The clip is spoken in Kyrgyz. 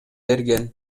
берген